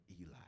Eli